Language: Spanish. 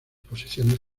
posiciones